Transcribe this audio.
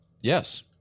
Yes